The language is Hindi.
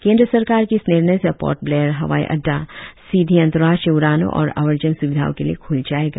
केद्र सरकार के इस निर्णय से पोर्ट ब्लेयर हवाई अड़डा सीधी अंतर्राष्ट्रीय उड़ानों और अव्रजन सुविधाओं के लिए खुल जाएगा